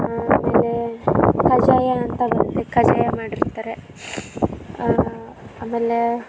ಆಮೇಲೆ ಕಜ್ಜಾಯ ಅಂತ ಬರುತ್ತೆ ಕಜ್ಜಾಯ ಮಾಡಿರ್ತಾರೆ ಆಮೇಲೆ